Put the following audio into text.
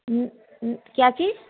क्या चीज